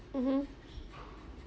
mmhmm